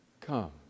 come